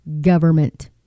government